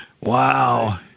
Wow